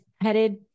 Headed